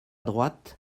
droite